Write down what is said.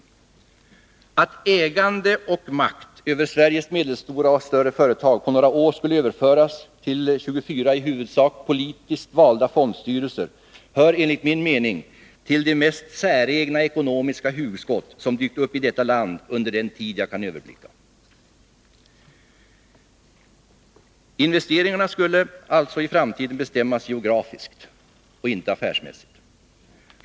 Onsdagen den Att ägande och makt över Sveriges medelstora och större företag på några — 10) mars 1982 år skulle överföras till 24 i huvudsak politiskt valda fondstyrelser hör enligt min mening till de mest säregna ekonomiska hugskott som dykt upp i detta land under den tid jag kan överblicka. Investeringarna skulle alltså i framtiden bestämmas geografiskt och inte affärsmässigt.